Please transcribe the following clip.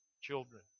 children